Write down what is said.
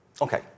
Okay